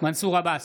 מנסור עבאס,